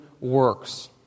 works